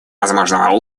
возможного